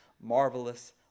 marvelous